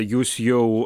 jūs jau